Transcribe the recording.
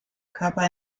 körper